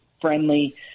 friendly